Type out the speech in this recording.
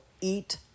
eat